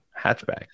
hatchback